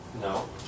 No